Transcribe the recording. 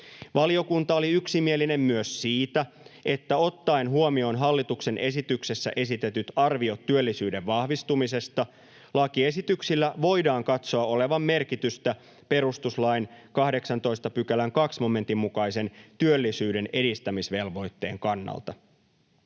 Valiokunta oli yksimielinen myös siitä, että ottaen huomioon hallituksen esityksessä esitetyt arviot työllisyyden vahvistumisesta lakiesityksillä voidaan katsoa olevan merkitystä perustuslain 18 §:n 2 momentin mukaisen työllisyyden edistämisvelvoitteen kannalta.